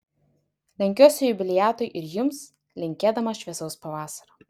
lenkiuosi jubiliatui ir jums linkėdamas šviesaus pavasario